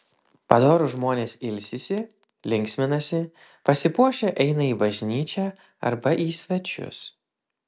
padorūs žmonės ilsisi linksminasi pasipuošę eina į bažnyčią arba į svečius